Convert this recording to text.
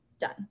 done